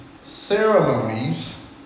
ceremonies